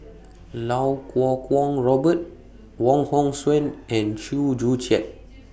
Lau Kuo Kwong Robert Wong Hong Suen and Chew Joo Chiat